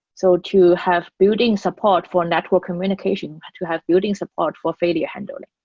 so to have building support for network communication, to have building support for failure handling.